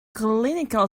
clinical